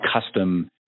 custom